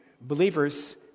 believers